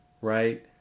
right